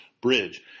Bridge